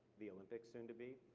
the olympics, soon to be,